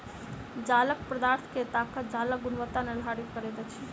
जालक पदार्थ के ताकत जालक गुणवत्ता निर्धारित करैत अछि